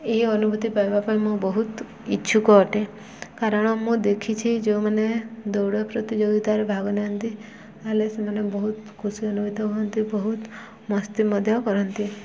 ଏହି ଅନୁଭୂତି ପାଇବା ପାଇଁ ମୁଁ ବହୁତ ଇଚ୍ଛୁକ ଅଟେ କାରଣ ମୁଁ ଦେଖିଛି ଯେଉଁମାନେ ଦୌଡ଼ ପ୍ରତିଯୋଗିତାରେ ଭାଗ ନାହାନ୍ତି ତା'ହେଲେ ସେମାନେ ବହୁତ ଖୁସି ଅନୁଭୂତ ହୁଅନ୍ତି ବହୁତ ମସ୍ତି ମଧ୍ୟ କରନ୍ତି